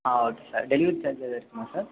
ஆ okay sir delivery charge எதாக இருக்குமா sir